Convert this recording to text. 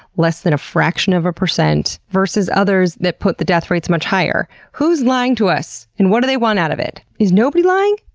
less than a fraction of percent, versus others that put the death rates much higher? who's lying to us, and what do they want out of it? is nobody lying?